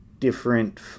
different